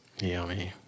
Yummy